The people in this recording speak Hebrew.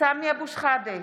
סמי אבו שחאדה,